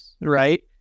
right